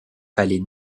palais